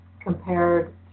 compared